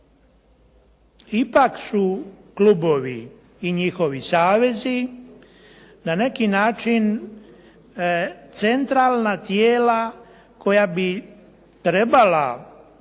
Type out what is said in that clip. Ipak su klubovi i njihovi savezi na neki način centralna tijela koja bi trebala